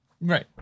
Right